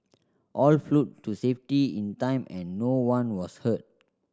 all to safety in time and no one was hurt